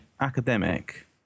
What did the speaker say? academic